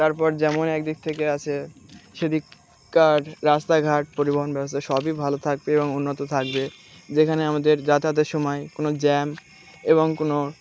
তারপর যেমন একদিক থেকে আসে সেদিক কার রাস্তাঘাট পরিবহন ব্যবস্থা সবই ভালো থাকবে এবং উন্নত থাকবে যেখানে আমাদের যাতায়াতের সময় কোনো জ্যাম এবং কোনো